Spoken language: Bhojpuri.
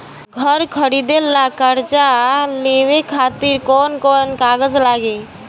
घर खरीदे ला कर्जा लेवे खातिर कौन कौन कागज लागी?